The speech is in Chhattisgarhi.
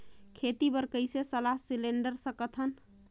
खेती बर कइसे सलाह सिलेंडर सकथन?